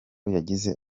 yagize